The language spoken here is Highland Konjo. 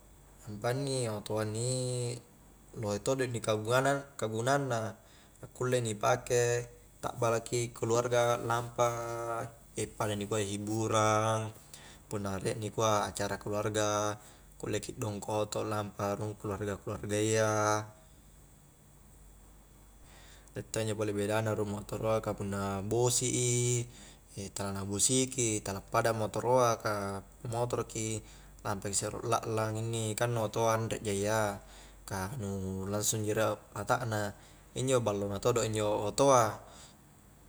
Nampa inni otoa inni lohe todo ni kaguga-kagunanna na kulle ni pake takbala ki keluarga lampa paling nikua hibburang punna riek nikua acara keluarga, kulle ki dongko oto' lampa rung keluarga-keluargayya riek to' injo pole beda na rung motoro a ka punna bosi i tala na bosi ki, tala pada motoroa ka motoro ki lampa ki isse rolo laklang inni, kang otoa anre ja iya ka nu langsung ji riek ata' na injo ballo na todo' injo otoa